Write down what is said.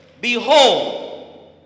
Behold